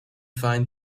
find